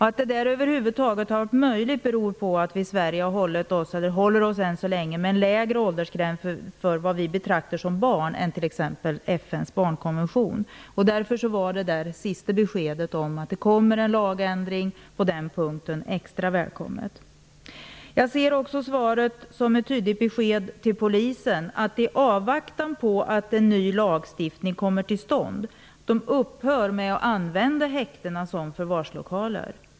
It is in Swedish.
Att detta över huvud taget har varit möjligt beror på att vi i Sverige än så länge håller oss med en lägre åldersgräns för vad vi betraktar som barn än t.ex. FN:s barnkonvention. Därför var det sista beskedet om att det kommer en lagändring på den punkten extra välkommet. Jag ser också svaret som ett tydligt besked till polisen att i avvaktan på att en ny lagstiftning kommer till stånd upphöra med att använda häktena som förvarslokaler.